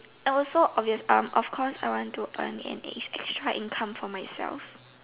I also obvious um of course I want to earn an edge extra income for myself